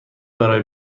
برای